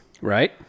Right